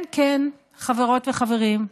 כן, כן, חברות וחברים.